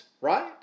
right